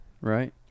right